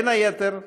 בין היתר,